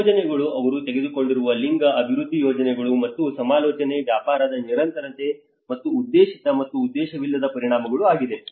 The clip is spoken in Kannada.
ಯೋಜನೆಗಳು ಅವರು ತೆಗೆದುಕೊಂಡಿರುವ ಲಿಂಗ ಅಭಿವೃದ್ಧಿ ಯೋಜನೆಗಳು ಮತ್ತು ಸಮಾಲೋಚನೆ ವ್ಯಾಪಾರದ ನಿರಂತರತೆ ಮತ್ತು ಉದ್ದೇಶಿತ ಮತ್ತು ಉದ್ದೇಶವಿಲ್ಲದ ಪರಿಣಾಮಗಳು ಆಗಿದೆ